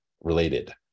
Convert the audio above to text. related